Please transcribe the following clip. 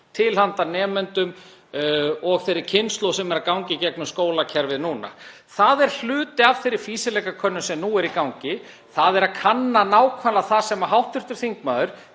til handa nemendum og þeirri kynslóð sem er að ganga í gegnum skólakerfið núna. Hluti af þeirri fýsileikakönnun sem nú er í gangi er að kanna nákvæmlega það sem hv. þingmaður